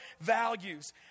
values